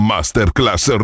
Masterclass